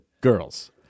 girls